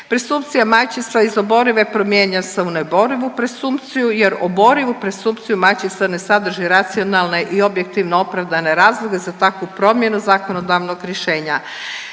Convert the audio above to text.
Presumpcija majčinstva iz oborive promijenjen u neoborivu presumpciju, jer oborivu presumpciju majčinstva ne sadrži racionalne i objektivno-opravdane razloge za takvu promjenu zakonodavnog rješenja.